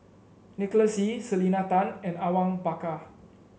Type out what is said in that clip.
Nicholas Ee Selena Tan and Awang Bakar